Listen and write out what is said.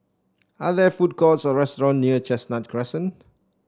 are there food courts or restaurant near Chestnut Crescent